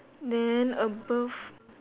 then above